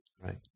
Right